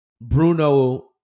Bruno